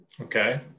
Okay